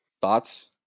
Thoughts